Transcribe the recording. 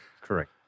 Correct